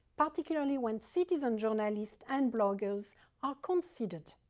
particularly when cities and journalists and bloggers are considered.